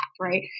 Right